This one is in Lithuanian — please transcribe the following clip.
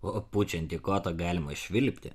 o pučiant į kotą galima švilpti